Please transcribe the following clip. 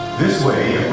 this way